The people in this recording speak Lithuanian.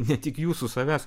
ne tik jūsų savęs